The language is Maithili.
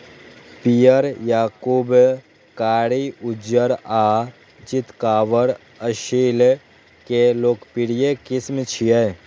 पीयर, याकूब, कारी, उज्जर आ चितकाबर असील के लोकप्रिय किस्म छियै